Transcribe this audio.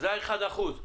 זה האחוז האחד.